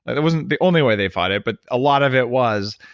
that wasn't the only way they fought it, but a lot of it was,